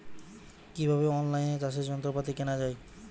কিভাবে অন লাইনে চাষের যন্ত্রপাতি কেনা য়ায়?